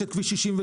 יש את כביש 66,